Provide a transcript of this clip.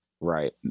Right